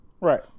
Right